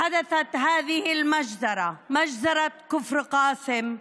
אירע הטבח הזה, טבח כפר קאסם,